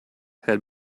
had